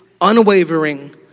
unwavering